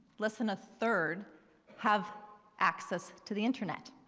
less than a third have access to the internet.